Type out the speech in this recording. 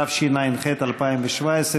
התשע"ח 2017,